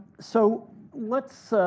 so let's